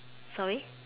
sorry